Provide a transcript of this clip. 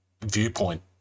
viewpoint